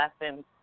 lessons